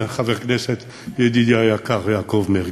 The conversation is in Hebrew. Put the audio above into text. חבר הכנסת ידידי היקר יעקב מרגי.